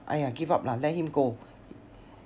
!aiya! give up lah let him go